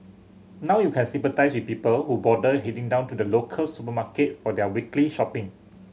now you can sympathise with people who bother heading down to the local supermarket for their weekly shopping